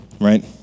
Right